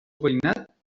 veïnat